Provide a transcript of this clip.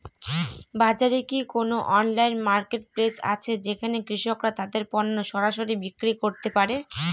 বাজারে কি কোন অনলাইন মার্কেটপ্লেস আছে যেখানে কৃষকরা তাদের পণ্য সরাসরি বিক্রি করতে পারে?